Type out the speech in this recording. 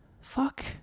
Fuck